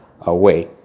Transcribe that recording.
away